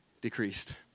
decreased